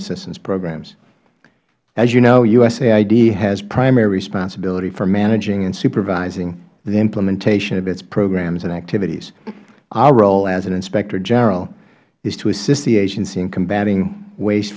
assistance programs as you know usaid has primary responsibility for managing and supervising the implementation of its programs and activities our role as inspector general is to assist the agency in combating waste